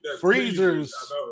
freezers